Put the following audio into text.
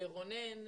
רונן,